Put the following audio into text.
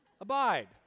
Abide